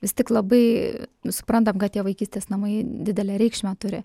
vis tik labai suprantam kad tie vaikystės namai didelę reikšmę turi